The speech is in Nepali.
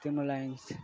तिम्रो लाइन्स